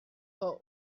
her